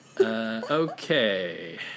Okay